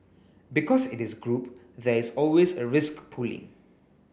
because it is group there is always a risk pooling